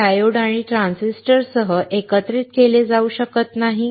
हे डायोड आणि ट्रान्झिस्टर सह एकत्रित केले जाऊ शकत नाही